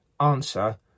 answer